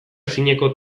ezineko